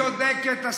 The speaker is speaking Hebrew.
אורית צודקת.